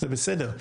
זה בסדר,